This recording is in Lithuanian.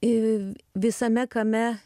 ir visame kame